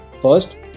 First